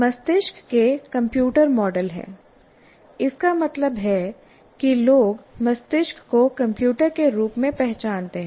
मस्तिष्क के computer model हैं इसका मतलब है कि लोग मस्तिष्क को कंप्यूटर के रूप में पहचानते हैं